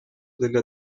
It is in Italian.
della